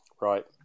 right